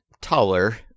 taller